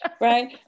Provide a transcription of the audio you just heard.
right